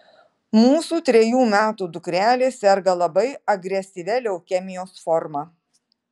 mūsų trejų metų dukrelė serga labai agresyvia leukemijos forma